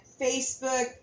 Facebook